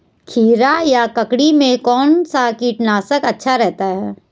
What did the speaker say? खीरा या ककड़ी में कौन सा कीटनाशक अच्छा रहता है?